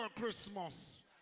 Christmas